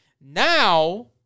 Now